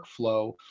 workflow